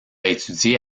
étudié